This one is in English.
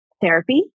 therapy